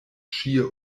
schier